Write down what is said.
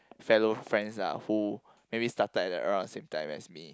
fellow friends lah who maybe started at around the same time as me